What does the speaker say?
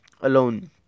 alone